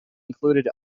included